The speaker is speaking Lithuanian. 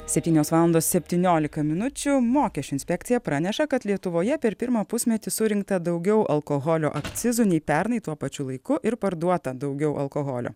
septynios valandos septyniolika minučių mokesčių inspekcija praneša kad lietuvoje per pirmą pusmetį surinkta daugiau alkoholio akcizų nei pernai tuo pačiu laiku ir parduota daugiau alkoholio